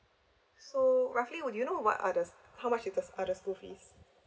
so roughly would you know what are the how much with others school fees